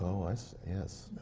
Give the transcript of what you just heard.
oh, i see. yes.